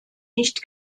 nicht